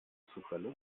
zufälle